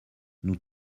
nous